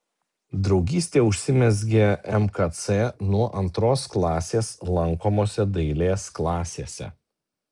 draugystė užsimezgė mkc nuo antros klasės lankomose dailės klasėse